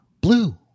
blue